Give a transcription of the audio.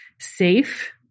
safe